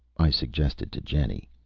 i suggested to jenny.